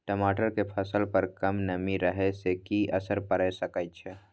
टमाटर के फसल पर कम नमी रहै से कि असर पैर सके छै?